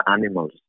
animals